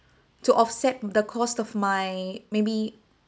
to offset the cost of my maybe